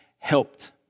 helped